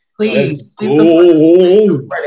Please